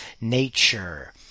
nature